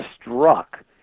struck